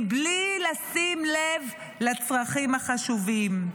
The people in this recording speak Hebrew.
מבלי לשים לב לצרכים החשובים.